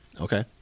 Okay